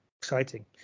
Exciting